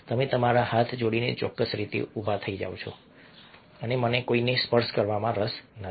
તમે તમારા હાથ જોડીને ચોક્કસ રીતે ઊભા થાઓ છો કે મને કોઈને સ્પર્શ કરવામાં રસ નથી